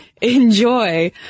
enjoy